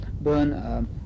burn